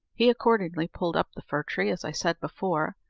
he accordingly pulled up the fir tree, as i said before,